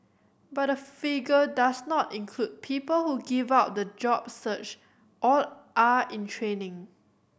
but the figure does not include people who give up the job search or are in training